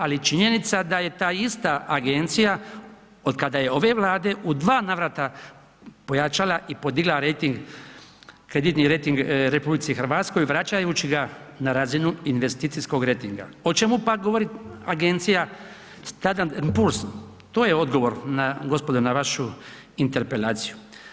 Ali činjenica da je ta ista agencija otkada je ove Vlade u dva navrata pojačala i podigla rejting, kreditni rejting RH vraćajući ga na razinu investicijskog rejtinga o čemu pak govori agencija Standard&Poor's, to je odgovor gospodo na vašu interpelaciju.